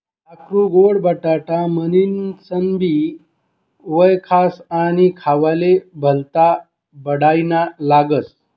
साकरु गोड बटाटा म्हनीनसनबी वयखास आणि खावाले भल्ता बडाईना लागस